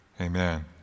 Amen